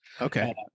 Okay